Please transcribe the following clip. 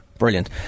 Brilliant